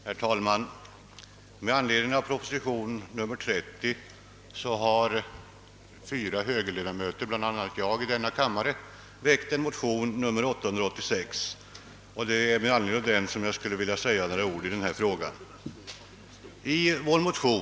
Herr talman! I anledning av proposition nr 30 har fyra högerledamöter i denna kammare, bland dem jag, väckt motion nr 886, som jag ber att få säga några ord i anslutning till.